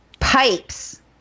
pipes